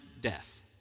death